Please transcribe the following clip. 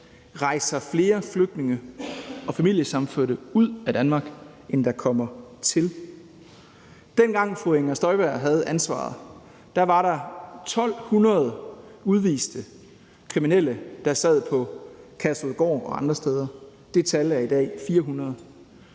rejser flere flygtninge og familiesammenførte ud af Danmark, end der kommer til. Dengang fru Inger Støjberg havde ansvaret, var der 1.200 udviste kriminelle, der sad på Kærshovedgård og andre steder. Det tal er i dag 400.